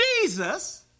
Jesus